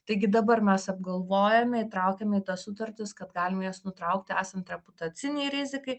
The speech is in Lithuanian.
taigi dabar mes apgalvojame įtraukiame į tas sutartis kad galim jas nutraukti esant reputaciniai rizikai